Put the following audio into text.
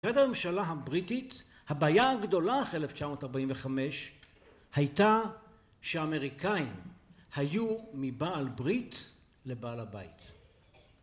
בעת הממשלה הבריטית, הבעיה הגדולה אחרי 1945, הייתה שאמריקאים היו מבעל ברית לבעל הבית